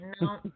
No